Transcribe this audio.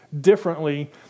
differently